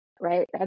right